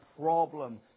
problem